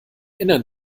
innern